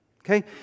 Okay